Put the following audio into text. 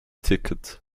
ticket